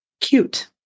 Cute